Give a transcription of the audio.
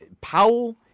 Powell